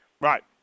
Right